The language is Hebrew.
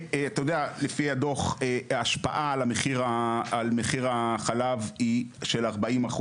לפי הדוח ההשפעה על מחיר החלב היא של 40%,